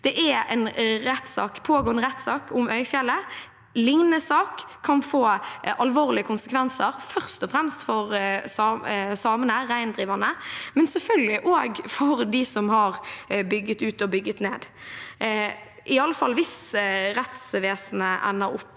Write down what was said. Det er en pågående rettssak om Øyfjellet. Det er en lignende sak som kan få alvorlige konsekvenser først og fremst for reindriftssamene, men selvfølgelig også for dem som har bygget ut og bygget ned, iallfall hvis rettsvesenet ender opp